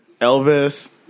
Elvis